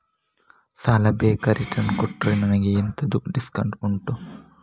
ಸಾಲ ಬೇಗ ರಿಟರ್ನ್ ಕೊಟ್ರೆ ನನಗೆ ಎಂತಾದ್ರೂ ಡಿಸ್ಕೌಂಟ್ ಉಂಟಾ